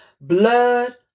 Blood